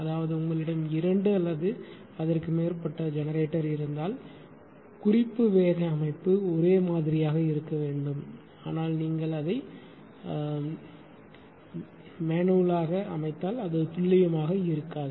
அதாவது உங்களிடம் இரண்டு அல்லது அதற்கு மேற்பட்ட ஜெனரேட்டர் இருந்தால் குறிப்பு வேக அமைப்பு ஒரே மாதிரியாக இருக்க வேண்டும் ஆனால் நீங்கள் அதை கைமுறையாக அமைத்தால் அது துல்லியமாக இருக்காது